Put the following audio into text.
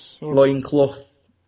loincloth